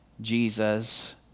Jesus